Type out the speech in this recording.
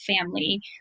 family